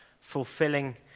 fulfilling